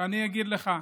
ואני אגיד לך.